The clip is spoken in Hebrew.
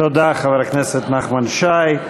תודה, חבר הכנסת נחמן שי.